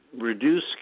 reduce